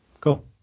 cool